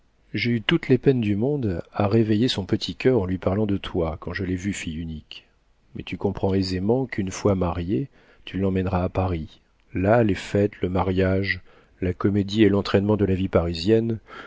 j'ai eu toutes les peines du monde à réveiller son petit coeur en lui parlant de toi quand je l'ai vue fille unique mais tu comprends aisément qu'une fois mariée tu l'emmèneras à paris là les fêtes le mariage la comédie et l'entraînement de la vie